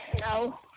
No